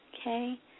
okay